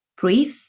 breathe